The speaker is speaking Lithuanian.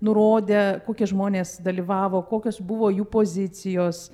nurodę kokie žmonės dalyvavo kokios buvo jų pozicijos